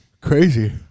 crazy